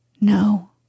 No